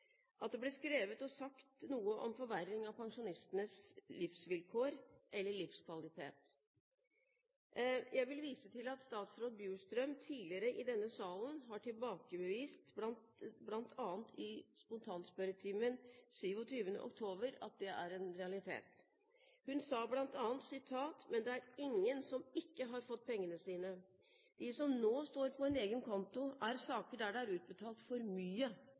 at det ble skrevet og sagt noe om forverring av pensjonistenes livsvilkår eller livskvalitet. Jeg vil vise til at statsråd Bjurstrøm tidligere i denne salen har tilbakevist, bl.a. i spontanspørretimen 27. oktober, at det er en realitet. Hun sa bl.a.: «Men det er ingen som ikke har fått pengene sine. De som nå står på en egen konto, er saker der det er utbetalt for mye.